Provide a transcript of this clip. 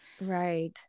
Right